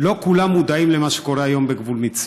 לא כולם מודעים למה שקורה היום בגבול מצרים,